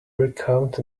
recount